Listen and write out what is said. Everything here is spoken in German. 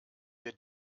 wir